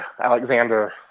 Alexander